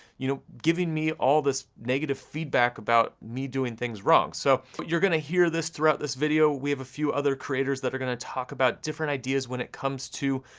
you know, giving me all this negative feedback about me doing things wrong. so, you're gonna hear this throughout this video, we have a few other creators that are gonna talk about different ideas when it comes to,